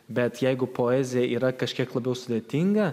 bet jeigu poezija yra kažkiek labiau sudėtinga